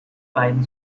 beiden